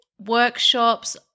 workshops